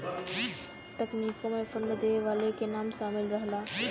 तकनीकों मे फंड देवे वाले के नाम सामिल रहला